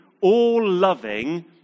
all-loving